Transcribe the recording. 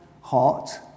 hot